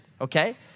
Okay